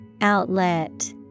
Outlet